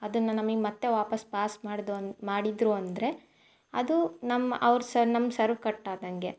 ಅದನ್ನು ನಮಗ್ ಮತ್ತೆ ವಾಪಸ್ ಪಾಸ್ ಮಾಡ್ದು ಅಂದ್ ಮಾಡಿದರು ಅಂದರೆ ಅದು ನಮ್ಮ ಅವ್ರ ಸರ್ವ್ ನಮ್ಮ ಸರ್ವ್ ಕಟ್ ಆದಂಗೆ